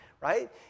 right